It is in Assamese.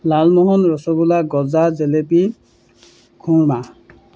লালমোহন ৰসগোলা গজা জেলেপী খুৰমা